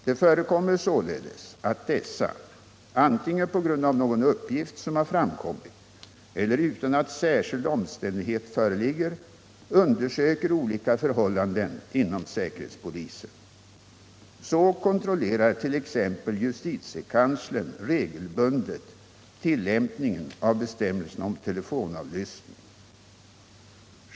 Det förekommer således att dessa, antingen på grund av någon uppgift som har framkommit eller utan att särskild omständighet föreligger, undersöker olika förhållanden inom säkerhetspolisen. Så kontrollerar t.ex. justitiekanslern regelbundet tillämpningen av bestämmelserna om telefonavlyssning.